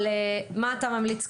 אבל לצערנו אנחנו תמיד נאלצים